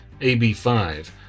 AB5